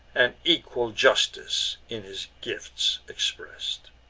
and equal justice in his gifts express'd.